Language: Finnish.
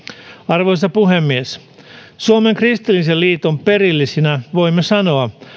arvoisa puhemies suomen kristillisen liiton perillisinä voimme sanoa